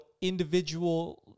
individual